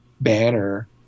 banner